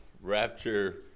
rapture